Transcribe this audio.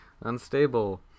unstable